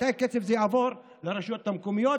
מתי הכסף הזה יעבור לרשויות המקומיות